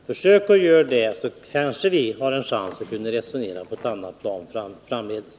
Försök att göra det, så kanske vi kan resonera på ett annat sätt framdeles. Tack!